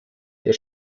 der